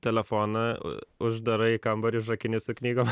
telefoną uždarai kambarį užrakini su knygom